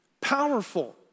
Powerful